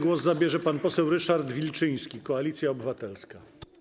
Głos zabierze pan poseł Ryszard Wilczyński, Koalicja Obywatelska.